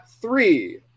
three